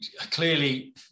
Clearly